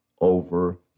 over